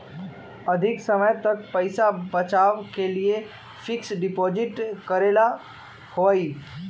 अधिक समय तक पईसा बचाव के लिए फिक्स डिपॉजिट करेला होयई?